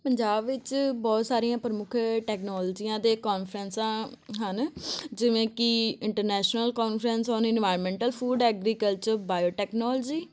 ਪੰਜਾਬ ਵਿੱਚ ਬਹੁਤ ਸਾਰੀਆਂ ਪ੍ਰਮੁੱਖ ਟੈਕਨੋਲਜੀਆਂ ਦੇ ਕਾਨਫਰੰਸਾਂ ਹਨ ਜਿਵੇਂ ਕਿ international conference on environmental food agriculture bio technology